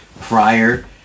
prior